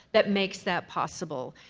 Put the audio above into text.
that makes that possible.